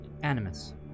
Animus